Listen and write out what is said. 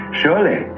surely